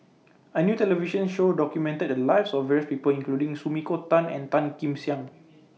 A New television Show documented The Lives of various People including Sumiko Tan and Tan Kim Tian